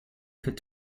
could